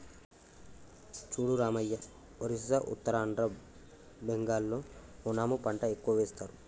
చూడు రామయ్య ఒరిస్సా ఉత్తరాంధ్ర బెంగాల్లో ఓనము పంట ఎక్కువ వేస్తారు